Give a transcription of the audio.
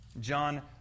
John